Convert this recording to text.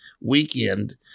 weekend